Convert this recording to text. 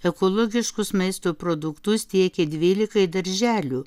ekologiškus maisto produktus tiekė dvylikai darželių